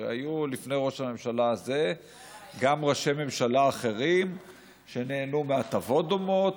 הרי היו לפני ראש הממשלה הזה גם ראשי ממשלה אחרים שנהנו מהטבות דומות,